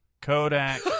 Kodak